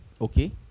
okay